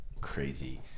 crazy